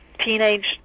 teenage